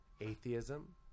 atheism